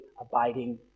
abiding